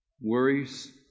worries